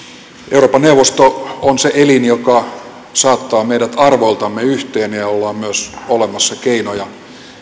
euroopan neuvosto on se elin joka saattaa meidät arvoiltamme yhteen ja jolla on myös olemassa keinoja